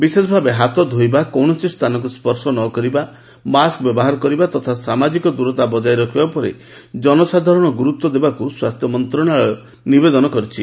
ବିଶେଷ ଭାବରେ ହାତ ଧୋଇବା କୌଣସି ସ୍ଥାନକୁ ସ୍ୱର୍ଶ ନ କରିବା ମାସ୍କ୍ ବ୍ୟବହାର କରିବା ତଥା ସାମାଜିକ ଦୂରତା ବଜାୟ ରଖିବା ଉପରେ ଜନସାଧାରଣ ଗୁରୁତ୍ୱ ଦେବାକୁ ସ୍ୱାସ୍ଥ୍ୟ ମନ୍ତ୍ରଣାଳୟ ନିବେଦନ କରିଛି